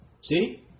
See